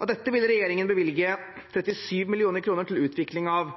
Av dette vil regjeringen bevilge 37 mill. kr til utvikling av